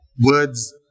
words